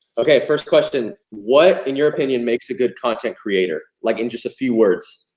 okay, first question. what in your opinion makes a good content creator? like in just a few words.